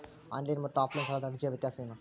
Online ಮತ್ತು offline ಸಾಲದ ಅರ್ಜಿಯ ವ್ಯತ್ಯಾಸ ಏನು?